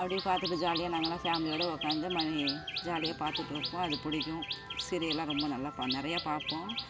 அப்படியே பார்த்துட்டு ஜாலியாக நாங்கள்ளாம் ஃபேமிலியோட உக்காந்து மணி ஜாலியாக பார்த்துட்டு இருப்போம் அது பிடிக்கும் சீரியல் எல்லாம் ரொம்ப நல்லா பா நிறையா பார்ப்போம்